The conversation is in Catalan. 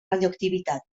radioactivitat